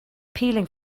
peeling